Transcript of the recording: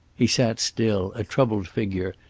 he sat still, a troubled figure,